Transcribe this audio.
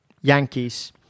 Yankees